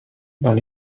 dans